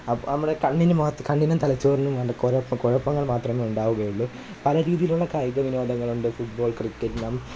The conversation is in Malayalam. ആ നമ്മുടെ കണ്ണിനു മാത്രം കണ്ണിനും തലച്ചോറിനും കൊ കുഴപ്പങ്ങൾ മാത്രമേ ഉണ്ടാവുകയുള്ളു പല രീതിയിലുള്ള കായികവിനോദങ്ങളുണ്ട് ഫുട്ബോൾ ക്രിക്കറ്റ് നം